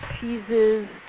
cheeses